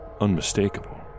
unmistakable